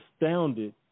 astounded